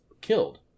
killed